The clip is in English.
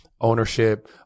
ownership